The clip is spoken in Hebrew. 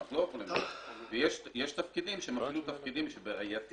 יש תפקידים שהם אפילו תפקידים שבראייתי